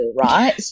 right